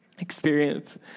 experience